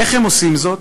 איך הם עושים זאת?